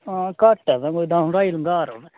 हां घट्ट ऐ